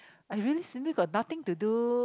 I really simply got nothing to do